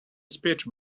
speech